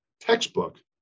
textbook